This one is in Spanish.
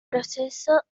proceso